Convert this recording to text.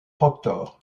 proctor